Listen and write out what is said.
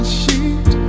sheet